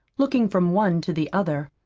looking from one to the other.